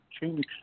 change